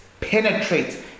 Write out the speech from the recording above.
penetrates